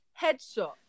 headshot